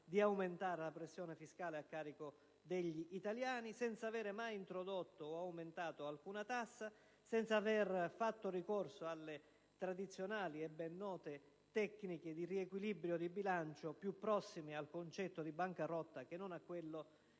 di aumentare la pressione fiscale a carico degli italiani, senza avere mai introdotto o aumentato alcuna tassa, senza aver fatto ricorso alle tradizionali e ben note tecniche di riequilibrio di bilancio, più prossime al concetto di bancarotta che non a quello di